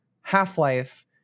Half-Life